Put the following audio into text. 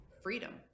Freedom